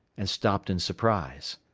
and stopped in surprise.